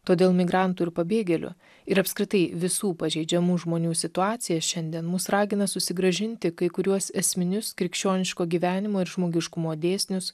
todėl migrantų ir pabėgėlių ir apskritai visų pažeidžiamų žmonių situacija šiandien mus ragina susigrąžinti kai kuriuos esminius krikščioniško gyvenimo ir žmogiškumo dėsnius